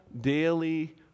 daily